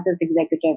executive